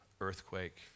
earthquake